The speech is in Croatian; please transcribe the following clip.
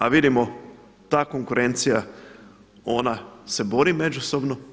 A vidimo ta konkurencija, ona se bori međusobno.